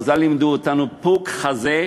חז"ל לימדו אותנו: פוק חזי